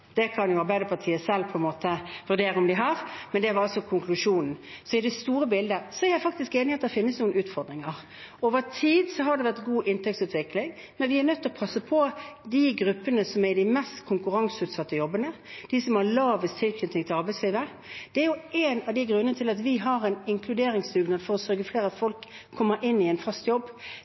Det kan jo Arbeiderpartiet selv vurdere om de har, men det var altså konklusjonen når det gjelder det store bildet. Så er jeg faktisk enig i at det finnes noen utfordringer. Over tid har det vært god inntektsutvikling, men vi er nødt til å passe på de gruppene som har de mest konkurranseutsatte jobbene – de som har minst tilknytning til arbeidslivet. Det er en av grunnene til at vi har en inkluderingsdugnad for å sørge for at flere folk kommer inn i en fast jobb.